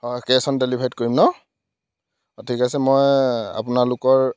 অঁ cash on ডেলিভাৰীত কৰিম ন অঁ ঠিক আছে মই আপোনালোকৰ